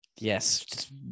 Yes